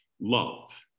Love